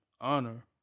honor